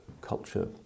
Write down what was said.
culture